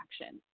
action